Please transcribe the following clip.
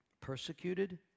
persecuted